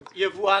יבואן.